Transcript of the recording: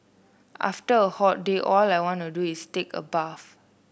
after a hot day all I want to do is take a bath